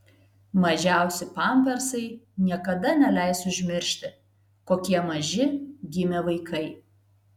mažiausi pampersai niekada neleis užmiršti kokie maži gimė vaikai